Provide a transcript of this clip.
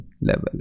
level